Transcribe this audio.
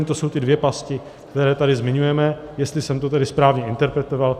To jsou ty dvě pasti, které tady zmiňujeme, jestli jsem to tedy správně interpretoval.